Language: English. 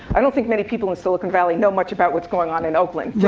i don't think many people in silicon valley know much about what's going on in oakland yeah